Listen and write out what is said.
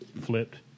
flipped